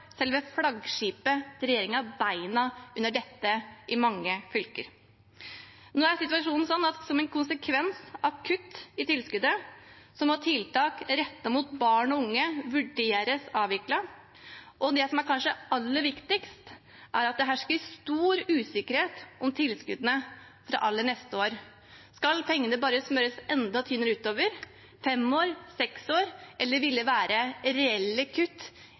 selve flaggskipet til regjeringen beina under dette i mange fylker. Nå er situasjonen sånn at som en konsekvens av kutt i tilskuddet må tiltak rettet mot barn og unge vurderes avviklet, og det som kanskje er aller viktigst, er at det hersker stor usikkerheten om tilskuddene fra neste år – skal pengene bare smøres enda tynnere utover i fem år, seks år, eller vil det være reelle kutt